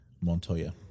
Montoya